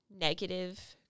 negative